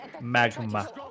Magma